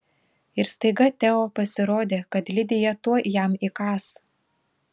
ir staiga teo pasirodė kad lidija tuoj jam įkąs